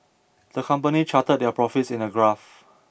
the company charted their profits in a graph